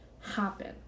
happen